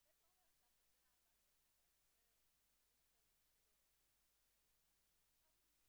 ואני שמח להיות